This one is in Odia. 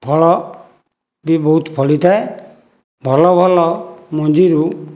ଫଳ ବି ବହୁତ ଫଳି ଥାଏ ଭଲ ଭଲ ମଞ୍ଜିରୁ